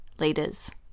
leaders